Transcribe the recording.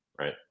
right